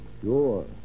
Sure